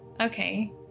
Okay